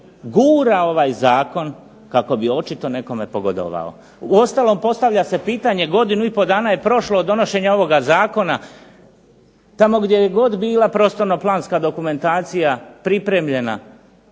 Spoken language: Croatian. gura ovaj zakon kako bi očito nekome pogodovao. Uostalom postavlja se pitanje godinu i pol dana je prošlo od donošenja ovoga Zakona, tamo gdje je god bila prostorno planska dokumentacija, pripremljena,